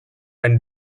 and